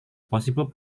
possible